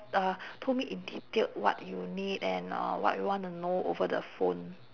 uh told me in detailed what you need and uh what you want to know over the phone